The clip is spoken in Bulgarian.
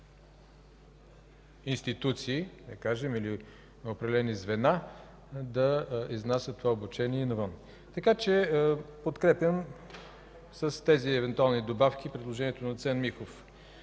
институции, да кажем, или на определени звена да изнасят това обучение и навън. Подкрепям, с тези евентуални добавки, предложението на доц. Михов.